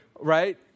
Right